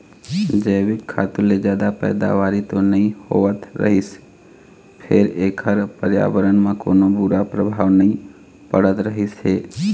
जइविक खातू ले जादा पइदावारी तो नइ होवत रहिस फेर एखर परयाबरन म कोनो बूरा परभाव नइ पड़त रहिस हे